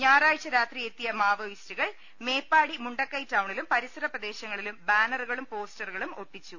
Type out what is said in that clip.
ഞായറാഴ്ച രാത്രി എത്തിയ മാവോയിസ്റ്റുകൾ മേപ്പാടി മുണ്ട ക്കൈ ടൌണിലും പരിസര പ്രദേശങ്ങളിലും ബാനറുകളും പോസ്റ്റ റുകളും ഒട്ടിച്ചു